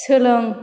सोलों